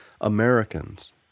Americans